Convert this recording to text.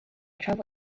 travel